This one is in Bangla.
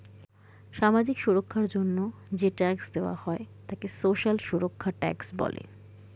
সামাজিক সুরক্ষার জন্য যে ট্যাক্স দেওয়া হয় তাকে সোশ্যাল সুরক্ষা ট্যাক্স বলে